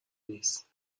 نیست